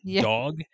dog